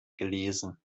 gelesen